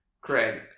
Craig